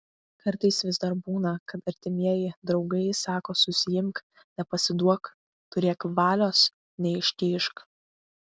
kartais vis dar būna kad artimieji draugai sako susiimk nepasiduok turėk valios neištižk